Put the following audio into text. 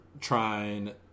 trying